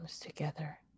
Together